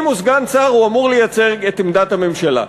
אם הוא סגן שר הוא אמור לייצג את עמדת הממשלה.